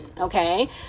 okay